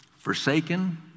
forsaken